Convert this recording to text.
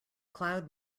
cloud